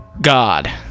God